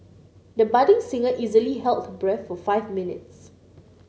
the budding singer easily held her breath for five minutes